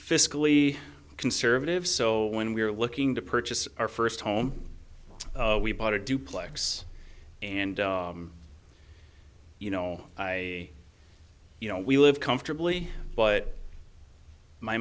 fiscally conservative so when we were looking to purchase our first home we bought a duplex and you know i you know we live comfortably but my